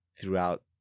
throughout